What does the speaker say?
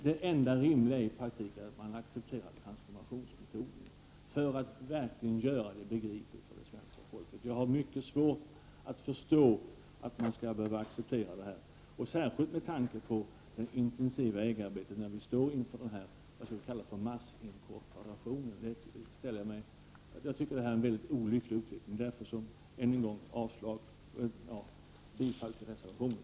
Det enda rimliga i praktiken är att man accepterar transformationsmetoden, för att verkligen göra det begripligt för svenska folket. Jag har mycket svårt att förstå att man skall behöva acceptera detta, särskilt med tanke på det intensiva EG-arbetet, när vi står inför något av en massinkorporation. Jag tycker att detta är en olycklig utveckling. Därför vill jag än en gång yrka bifall till reservationen.